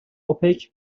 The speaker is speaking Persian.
اوپک